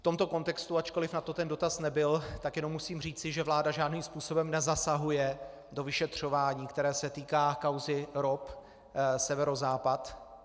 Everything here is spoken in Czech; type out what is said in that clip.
V tomto kontextu, ačkoliv na to ten dotaz nebyl, tak jenom musím říci, že vláda žádným způsobem nezasahuje do vyšetřování, které se týká kauzy ROP Severozápad.